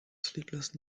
sleepless